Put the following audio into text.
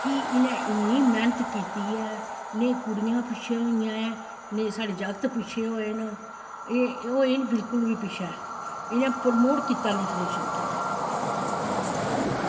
कि इनैं इन्नी मैह्नत कीती ऐ नां कुड़ियां पिच्छैं होइयां ऐं नेंई साढ़ा जागत पिच्छें होए न होए नी बिलकुल बी पिच्छैं इनें परमोट कीती लिट्रेचर गी